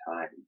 time